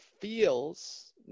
feels